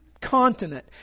continent